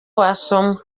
wasoma